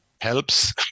helps